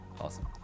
Awesome